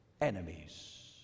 enemies